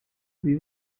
sie